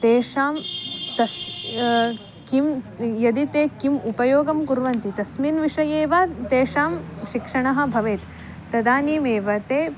तेषां तस्य किं यदि ते किम् उपयोगं कुर्वन्ति तस्मिन् विषये वा तेषां शिक्षणः भवेत् तदानीमेव ते